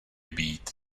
být